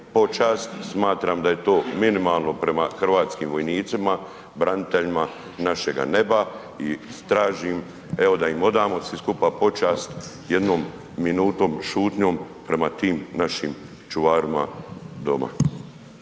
smatram da je to minimalno prema hrvatskim vojnicima, braniteljima našega neba i tražim evo da im odamo svi skupa počast jednom minutom šutnjom prema tim našim čuvarima doma.